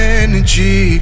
energy